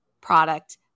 product